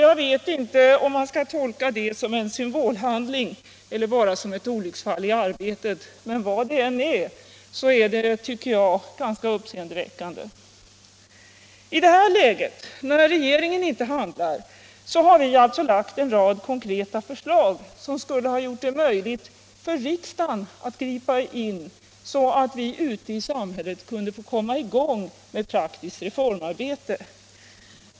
Jag vet inte om man skall tolka det som en symbol Nr 101 handling eller bara som ett olycksfall i arbetet. Men vad det än är tycker Torsdagen den jag att det är ganska uppseendeväckande. 31 mars 1977 I det här läget, där regeringen inte handlar, har vi lagt fram en rad konkreta förslag som skulle ha gjort det möjligt för riksdagen att gripa = Anslag till bostadsin, så att vi ute i samhället kunde få komma i gång med praktiskt re — byggande, m.m. formarbete.